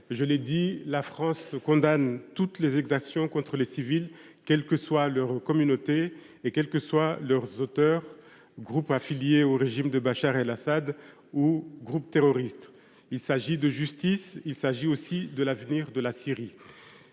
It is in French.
je l’ai dit, la France condamne toutes les exactions contre les civils, quelles que soient les communautés visées et quels que soient leurs auteurs, groupes affiliés au régime de Bachar el Assad ou groupes terroristes. Il s’agit de justice, mais aussi de l’avenir de la Syrie.